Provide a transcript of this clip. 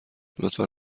لطفا